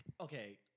Okay